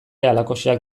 halakoxeak